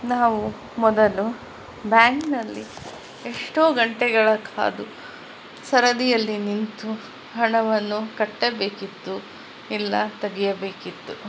ನಾವು ಮೊದಲು ಬ್ಯಾಂಕ್ನಲ್ಲಿ ಎಷ್ಟೋ ಗಂಟೆಗಳು ಕಾದು ಸರದಿಯಲ್ಲಿ ನಿಂತು ಹಣವನ್ನು ಕಟ್ಟಬೇಕಿತ್ತು ಇಲ್ಲಾ ತೆಗಿಯಬೇಕಿತ್ತು